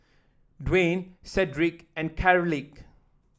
Dwaine Sedrick and Carleigh